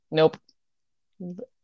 Nope